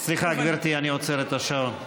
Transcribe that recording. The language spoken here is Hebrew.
סליחה, גברתי, אני עוצר את השעון.